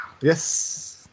Yes